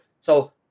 So-